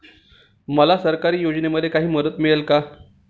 मला सरकारी योजनेमध्ये काही मदत मिळेल का?